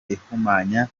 ihumanya